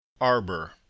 Arbor